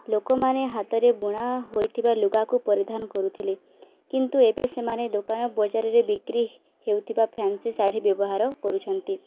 ଲୋକମାନେ ହାତରେ ବୁଣା ହୋଇଥିବା ଲୁଗାକୁ ପରିଧାନ କରୁଥିଲେ କିନ୍ତୁ ଏବେ ସେମାନେ ଦୋକାନ ବଜାରରେ ବିକ୍ରି ହେଉଥିବା ଫ୍ୟାନ୍ସି ଶାଢ଼ୀ ବ୍ୟବହାର କରୁଛନ୍ତି